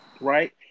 right